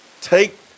take